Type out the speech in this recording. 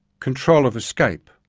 control of escape,